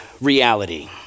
reality